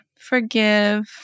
forgive